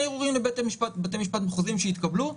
ערעורים לבתי המשפט המחוזיים שהתקבלו,